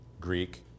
Greek